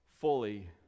fully